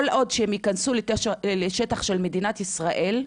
כל עוד הם ייכנסו לשטח של מדינת ישראל,